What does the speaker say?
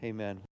Amen